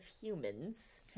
humans